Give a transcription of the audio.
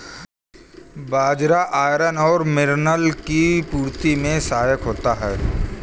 बाजरा iron और mineral की पूर्ति में सहायक होता है